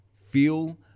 feel